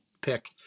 pick